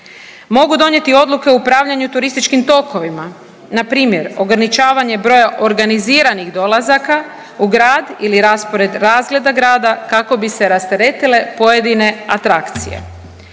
Mogu donijeti odluke o upravljanju turističkim tokovima, npr. ograničavanje broja organiziranih dolazaka u grad ili raspored razgleda grada kako bi se rasteretile pojedine atrakcije.